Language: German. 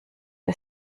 der